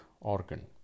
organ